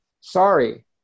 Sorry